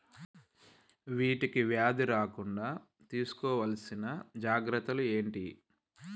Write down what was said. వీటికి వ్యాధి రాకుండా తీసుకోవాల్సిన జాగ్రత్తలు ఏంటియి?